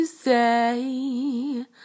say